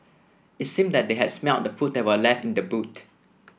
it seemed that they had smelt the food that were left in the boot